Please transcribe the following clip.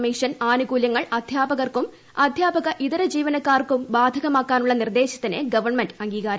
ഏഴാം ശമ്പളക്കമ്മീഷ്ടൻ ആനുകൂലൃങ്ങൾ അധ്യാപകർക്കും അംധ്യാപക ഇതര ജീവനക്കാർക്കും ബാധകമാക്കാനുള്ള് നിർദ്ദേശത്തിന് ഗവൺമെന്റ് അംഗീകാരം